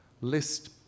list